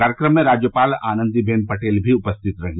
कार्यक्रम में राज्यपाल आनंदी बेन पटेल भी उपस्थित रहीं